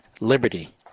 Liberty